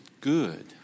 good